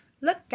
Look